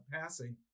passing